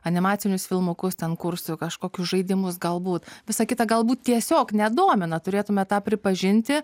animacinius filmukus ten kursų kažkokius žaidimus galbūt visa kita galbūt tiesiog nedomina turėtume tą pripažinti